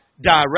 direct